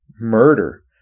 murder